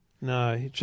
No